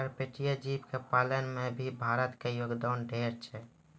पर्पटीय जीव के पालन में भी भारत के योगदान ढेर छै